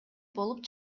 болуп